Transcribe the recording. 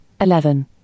eleven